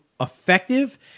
effective